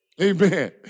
Amen